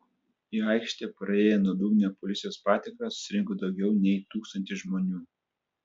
į aikštę praėję nuodugnią policijos patikrą susirinko daugiau nei tūkstantis žmonių